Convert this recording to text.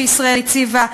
שישראל הציבה,